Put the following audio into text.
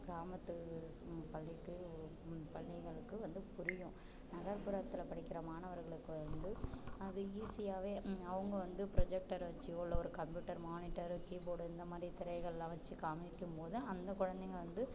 கிராமத்து பள்ளிக்கு பள்ளிகளுக்கு வந்து புரியும் நகர்ப்புறத்தில் படிககிற மாணவர்களுக்கு வந்து அது ஈஸியாகவே அவங்க வந்து ப்ரொஜெக்டர் வச்சியோ இல்லை ஒரு கம்ப்யூட்டர் மானிடர் கீபோர்டு இந்த மாதிரி திரைகள்லாம் வச்சி காமிக்கும் போது அந்த குழந்தைங்க வந்து